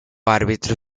árbitro